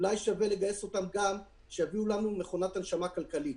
אולי שווה לגייס אותם גם כדי שיביאו לנו מכונת הנשמה כלכלית.